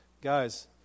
Guys